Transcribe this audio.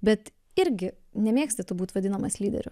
bet irgi nemėgsti tu būt vadinamas lyderiu